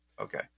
Okay